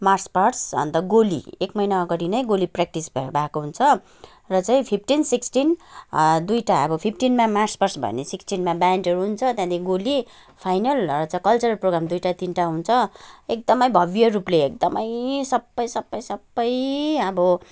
March past अन्त गोली एक महिना अगाडि नै गोली प्र्याक्टिस भएको हुन्छ र चाहिँ फिफ्टिन सिक्सटिन दुइटा अब फिफ्टिनमा मार्च पास्ट भयो भने सिक्सटिनमा ब्यान्डहरू हुन्छ त्यहाँदेखि गोली फाइनल र चाहिँ कल्चरल प्रोगाम दुइटा तिनटा हुन्छ एकदमै भब्य रूपले एकदमै सबै सबै सबै अब